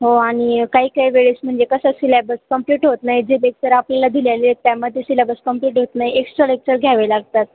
हो आणि काही काही वेळेस म्हणजे कसं सिलॅबस कंप्लीट होत नाही जे लेक्चर आपल्याला दिलेले आहेत त्यामध्ये ते सिलॅबस कंप्लीट होत नाही एक्स्ट्रा लेक्चर घ्यावे लागतात